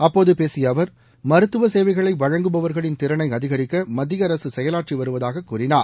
அப்போது பேசிய அவர் மருத்துவ சேவைகளை வழங்குபவர்களின் திறனை அதிகரிக்க மத்திய அரசு செயலாற்றி வருவதாக கூறினார்